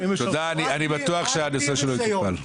תודה, אני בטוח שהנושא שלו יטופל.